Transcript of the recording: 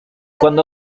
cuando